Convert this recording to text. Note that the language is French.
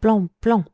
plan plan